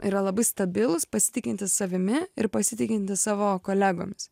yra labai stabilūs pasitikintys savimi ir pasitikintys savo kolegomis